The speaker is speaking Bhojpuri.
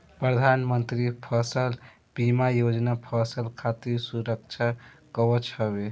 प्रधानमंत्री फसल बीमा योजना फसल खातिर सुरक्षा कवच हवे